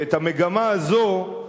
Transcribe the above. ואת המגמה הזאת,